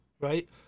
right